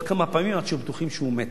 כמה פעמים עד שהם היו בטוחים שהוא מת.